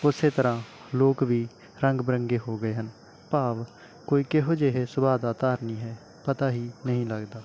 ਉਸ ਤਰ੍ਹਾਂ ਲੋਕ ਵੀ ਰੰਗ ਬਿਰੰਗੇ ਹੋ ਗਏ ਹਨ ਭਾਵ ਕੋਈ ਕਿਹੋ ਜਿਹੇ ਸੁਭਾਅ ਦਾ ਧਾਰਨੀ ਹੈ ਪਤਾ ਹੀ ਨਹੀਂ ਲੱਗਦਾ